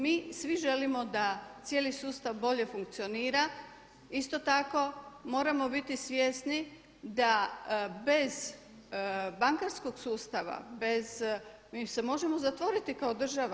Mi svi želimo da cijeli sustav bolje funkcionira, isto tako moramo biti svjesni da bez bankarskog sustava, mi se možemo zatvoriti kao država.